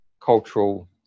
cultural